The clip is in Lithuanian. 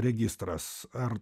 registras ar